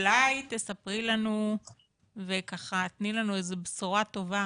אולי תספרי לנו ותיתני בשורה טובה